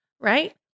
Right